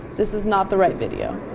this is not the right video